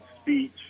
speech